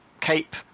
CAPE